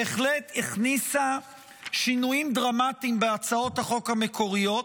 בהחלט הכניסה שינויים דרמטיים בהצעות החוק המקוריות